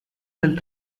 del